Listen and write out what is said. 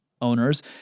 owners